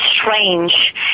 strange